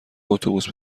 اتوبوس